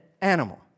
animal